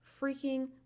freaking